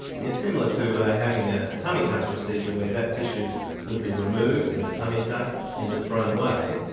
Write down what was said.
it's similar to having a tummy tuck procedure where that tissue would be removed in a tummy tuck and just thrown away,